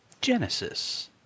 Genesis